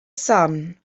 sun